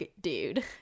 dude